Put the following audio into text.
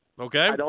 Okay